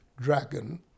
dragon